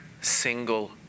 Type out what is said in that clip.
single